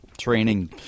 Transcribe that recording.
Training